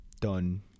done